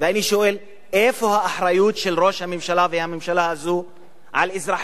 ואני שואל: איפה האחריות של ראש הממשלה והממשלה הזאת לאזרחיה,